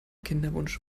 kinderwunsch